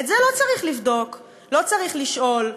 את זה לא צריך לבדוק, לא צריך לשאול.